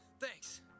Thanks